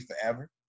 forever